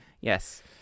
Yes